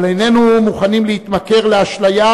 אבל איננו מוכנים להתמכר לאשליה,